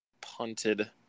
punted